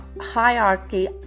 hierarchy